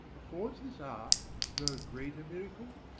affords this art no greater miracle?